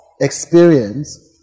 experience